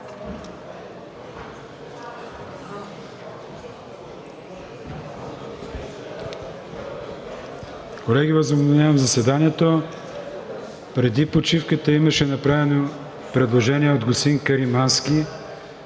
Колеги, възобновявам заседанието. Преди почивката имаше направено предложение от господин Каримански